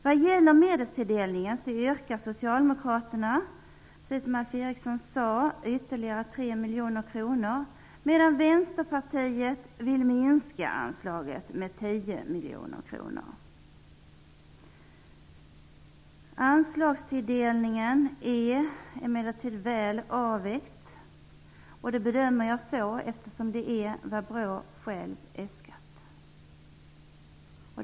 Vad gäller medelstilldelningen yrkar socialdemokraterna, som Alf Eriksson sade, på ytterligare 3 miljoner kronor medan Vänsterpartiet vill minska anslaget med 10 miljoner kronor. Anslagstilldelningen är emellertid väl avvägd. Jag gör den bedömningen, eftersom den är i enlighet med vad BRÅ själv har äskat.